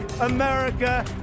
America